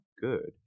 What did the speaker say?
good